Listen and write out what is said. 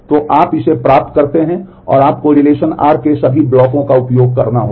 तो आप इसे प्राप्त करते हैं और आपको रिलेशन r के सभी ब्लॉकों का उपयोग करना होगा